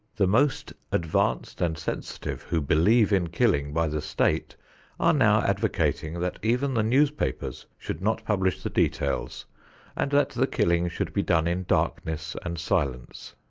the most advanced and sensitive who believe in killing by the state are now advocating that even the newspapers should not publish the details and that the killing should be done in darkness and silence.